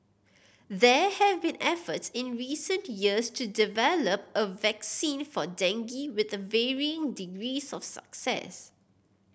there have been efforts in recent years to develop a vaccine for dengue with varying degrees of success